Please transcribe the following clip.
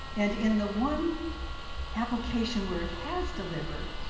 and in the one application where it has delivered,